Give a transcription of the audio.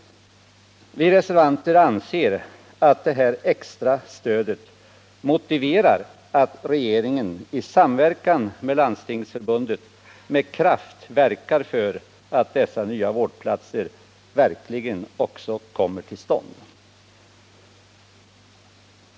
Vi reservanter anser att detta extra stöd motiverar att regeringen i samverkan med Landstingsförbundet med kraft verkar för att dessa nya vårdplatser verkligen också kommer till stånd.